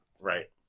Right